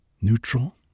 neutral